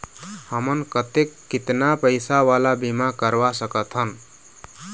हमन कतेक कितना पैसा वाला बीमा करवा सकथन?